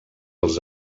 als